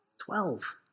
Twelve